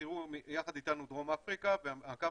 תראו, יחד איתנו דרום אפריקה והקו